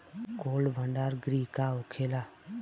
Cold भण्डार गृह का होखेला?